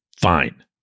Fine